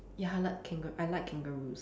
ya I like kanga~ I like kangaroos